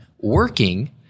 working